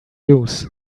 lose